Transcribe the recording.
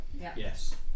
Yes